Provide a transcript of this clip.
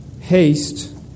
Haste